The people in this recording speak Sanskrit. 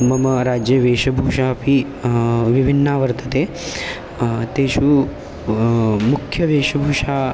मम राज्ये वेषभूषा अपि विभिन्ना वर्तते तेषु मुख्यवेषभूषा